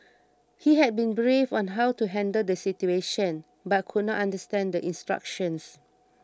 he had been briefed on how to handle the situation but could not understand the instructions